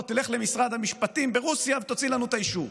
לך למשרד המשפטים ברוסיה ותוציא לנו את האישור.